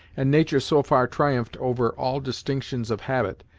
and nature so far triumphed over all distinctions of habit,